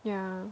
yeah